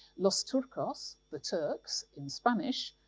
los turcos, the turks in spanish,